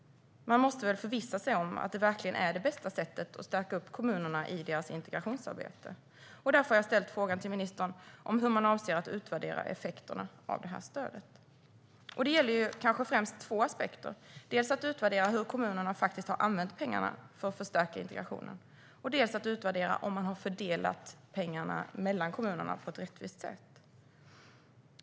Man måste väl förvissa sig om att detta verkligen är det bästa sättet att stärka kommunerna i deras integrationsarbete? Därför har jag ställt frågan till ministern om hur man avser att utvärdera effekterna av det här stödet. Detta gäller kanske främst två aspekter: dels att utvärdera hur kommunerna har använt pengarna för att förstärka integrationen, dels att utvärdera om man har fördelat pengarna mellan kommunerna på ett rättvist sätt.